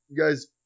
guys